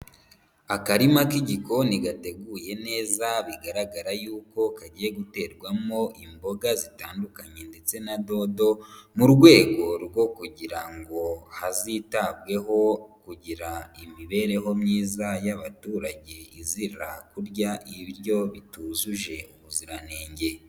Akarima k'igikoni gateguye neza bigaragara yuko kagiye guterwamo imboga zitandukanye ndetse na dodo, mu rwego rwo kugira ngo hazitabweho kugira imibereho myiza y'abaturage izira kurya ibiryo bitujuje ubuziranenge.